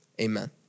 amen